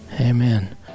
amen